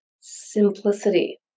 Simplicity